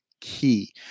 key